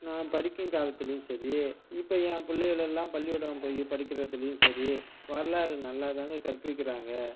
நான் படிக்கும் காலத்திலையும் சரி இப்போ என் பிள்ளைகளெல்லாம் பள்ளிக்கூடம் போய் படிக்கிறதுலயும் சரி வரலாறு நல்லாதாங்க கற்பிக்கிறாங்கள்